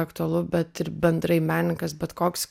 aktualu bet ir bendrai menininkas bet koks